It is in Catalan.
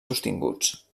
sostinguts